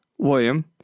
William